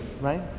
right